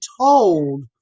told